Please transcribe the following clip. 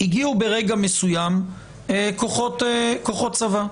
הגיעו ברגע מסוים כוחות צבא,